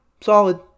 solid